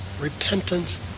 repentance